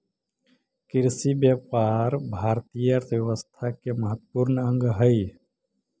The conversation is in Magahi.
कृषिव्यापार भारतीय अर्थव्यवस्था के महत्त्वपूर्ण अंग हइ